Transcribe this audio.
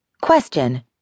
Question